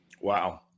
Wow